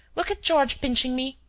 look at george pinching me!